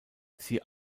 sie